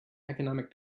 economic